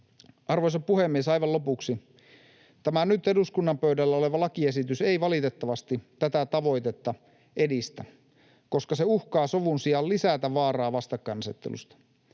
Arvoisa puhemies! Aivan lopuksi: Tämä nyt eduskunnan pöydällä oleva lakiesitys ei valitettavasti tätä tavoitetta edistä, koska se uhkaa sovun sijaan lisätä vaaraa vastakkainasettelusta.